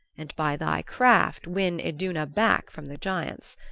and by thy craft win iduna back from the giants.